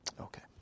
Okay